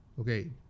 okay